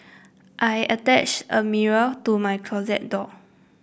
I attached a mirror to my closet door